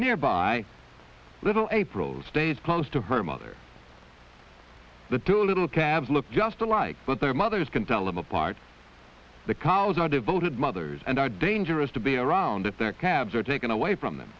nearby little a prose stays close to her mother the two a little calves look just alike but their mothers can tell them apart the cows are devoted mothers and are dangerous to be around if their calves are taken away from them